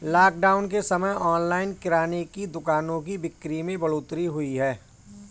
lockdown के समय online किराने की दुकानों की बिक्री में बढ़ोतरी हुई है